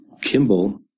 Kimball